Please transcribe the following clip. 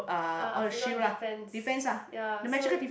ah figure defence ya so